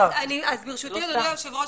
ברשות אדוני היושב ראש